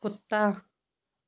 ਕੁੱਤਾ